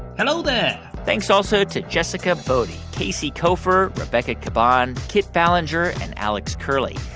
hello there thanks also to jessica boddy, casey koeffer, rebecca caban, kit ballenger and alex curley.